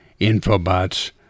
infobots